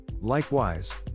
Likewise